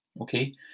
okay